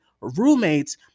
roommates